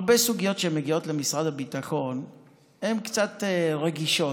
הרבה סוגיות שמגיעות למשרד הביטחון הן קצת רגישות.